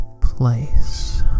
place